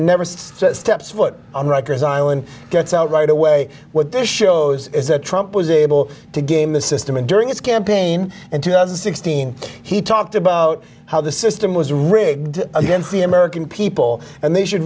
sets steps foot on rikers island gets out right away what this shows is that trump was able to game the system and during his campaign in two thousand and sixteen he talked about how the system was rigged against the american people and they should